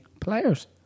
players